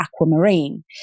aquamarine